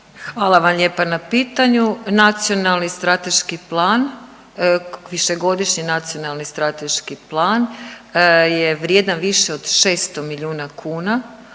Hvala vam lijepa na pitanju. Nacionalni strateški plan, višegodišnji Nacionalni strateški plan je vrijedan više od 600 milijuna kuna.